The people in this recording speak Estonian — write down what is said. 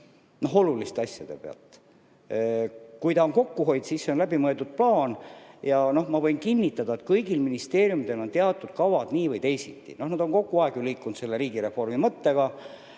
oluliste asjade pealt. Kui see on kokkuhoid, siis see on läbimõeldud plaan. Ma võin kinnitada, et kõigil ministeeriumidel on teatud kavad nii või teisiti. Nad on kogu aeg ju liikunud edasi selle riigireformi mõttega